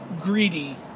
greedy